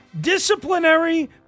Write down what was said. Disciplinary